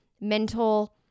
mental